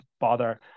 bother